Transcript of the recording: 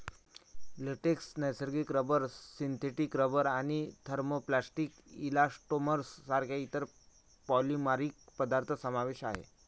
latex, नैसर्गिक rubber, synthetic rubber आणि thermoplastic elastomers सारख्या इतर पॉलिमरिक पदार्थ समावेश आहे